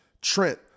Trent